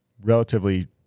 relatively